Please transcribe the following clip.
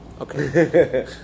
Okay